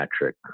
metric